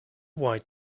white